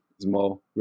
small